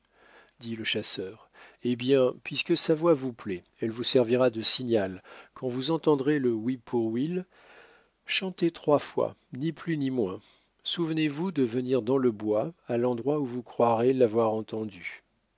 dit le chasseur eh bien puisque sa voix vous plaît elle vous servira de signal quand vous entendrez le whip poor will chanter trois fois ni plus ni moins souvenez-vous de venir dans le bois à l'endroit où vous croirez l'avoir entendu